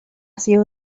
sido